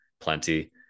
plenty